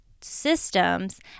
systems